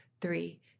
three